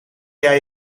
jij